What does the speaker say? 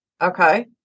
Okay